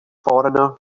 foreigner